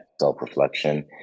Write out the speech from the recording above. self-reflection